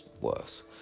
worse